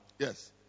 Yes